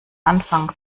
anfang